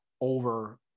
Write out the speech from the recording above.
over